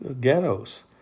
ghettos